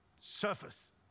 surface